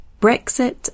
Brexit